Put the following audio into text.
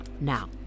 Now